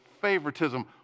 favoritism